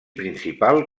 principal